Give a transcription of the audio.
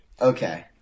Okay